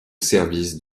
service